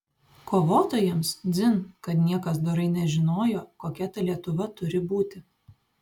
kovotojams dzin kad niekas dorai nežinojo kokia ta lietuva turi būti